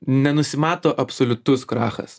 nenusimato absoliutus krachas